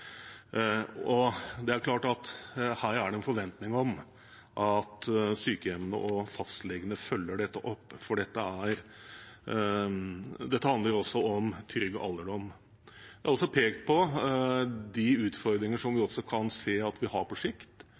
Det er klart at her er det en forventning om at sykehjemmene og fastlegene følger dette opp, for det handler også om en trygg alderdom. Det er også pekt på de utfordringer som vi kan se at vi har på sikt,